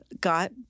got